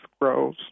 grows